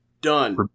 Done